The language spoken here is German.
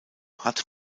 hat